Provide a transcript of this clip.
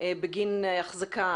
בגין החזקה,